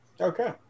Okay